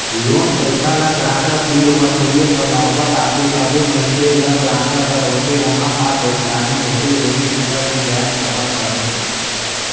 loan पइसा ल guarantor तीर वसूले कर नउबत आथे तबे मइनसे ल गारंटर का होथे ओम्हां का पइरसानी होथे ओही सुग्घर ले जाएन सकत अहे